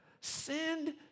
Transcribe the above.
Send